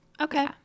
Okay